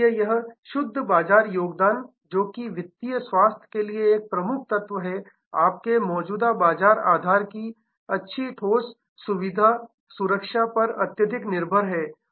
इसलिए यह शुद्ध बाजार योगदान जो कि वित्तीय स्वास्थ्य के लिए एक प्रमुख तत्व है आपके मौजूदा बाजार आधार की अच्छी ठोस सुरक्षा पर अत्यधिक निर्भर है